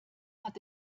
hat